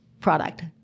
product